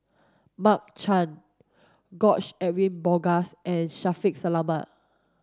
Mark Chan George Edwin Bogaars and Shaffiq Selamat